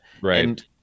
Right